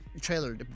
trailer